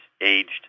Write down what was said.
aged